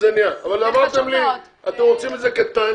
אבל אמרתם לי אתם רוצים את זה כתנאי,